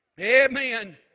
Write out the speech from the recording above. Amen